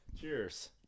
Cheers